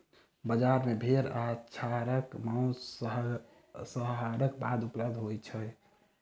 बजार मे भेड़ आ छागर के मौस, संहारक बाद उपलब्ध होय छै